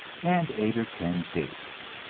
and eight or ten dates.